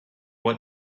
what